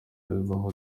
bibaho